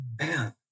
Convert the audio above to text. man